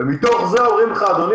ומתוך זה אומרים לך: אדוני,